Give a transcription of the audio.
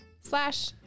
Slash